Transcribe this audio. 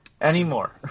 anymore